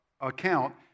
account